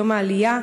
יום העלייה,